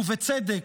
ובצדק,